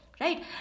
Right